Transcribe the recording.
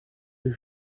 deux